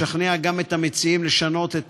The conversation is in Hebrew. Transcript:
לשכנע גם את המציעים לשנות את